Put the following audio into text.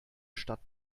stadt